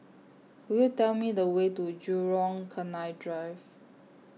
Could YOU Tell Me The Way to Jurong Canal Drive